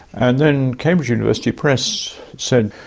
and then cambridge university press said,